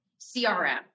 CRM